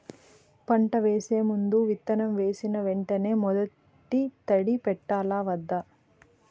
పంట వేసే ముందు, విత్తనం వేసిన వెంటనే మొదటి తడి పెట్టాలా వద్దా?